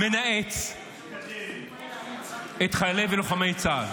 מנאץ את חיילי ולוחמי צה"ל,